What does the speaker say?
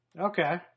Okay